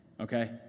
okay